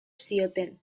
zioten